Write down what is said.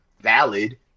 valid